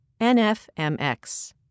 nfmx